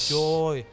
joy